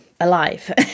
alive